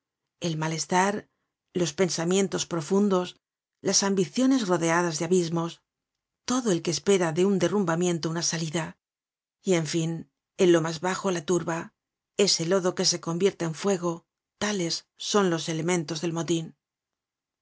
el malestar los pensamientos profundos las ambiciones rodeadas de abismos todo el que espera de un derrumbamiento una salida y en fin en lo mas bajo la turba ese lodo que se convierte en fuego tales son los elemento del motin